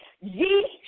Ye